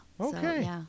Okay